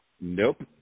Nope